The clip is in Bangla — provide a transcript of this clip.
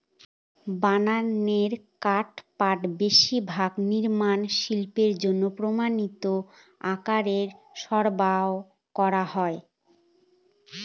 বানানো কাঠপাটা বেশিরভাগ নির্মাণ শিল্পের জন্য প্রামানিক আকারে সরবরাহ করা হয়